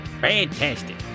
Fantastic